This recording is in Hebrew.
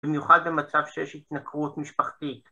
במיוחד במצב שיש התנכרות משפחתית